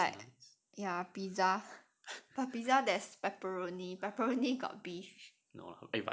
ya like ya pizza but pizza there's pepperoni pepperoni got beef